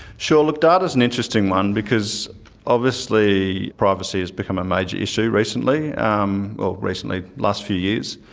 sure. looked data's an interesting one, because obviously privacy has become a major issue recently um ah recently last few years.